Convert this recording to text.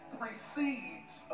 precedes